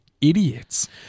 idiots